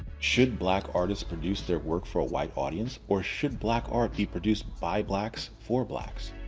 should black artist produce their work for a white audience, or should black art be produced by blacks for blacks?